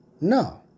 No